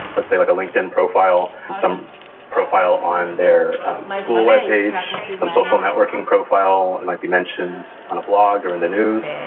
let's say, like a linkedin profile, some profile on their school webpage, some social networking profile, like we mentioned on a blog or in the news,